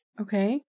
Okay